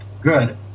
good